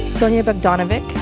sonya but donovan,